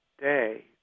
day